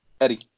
Eddie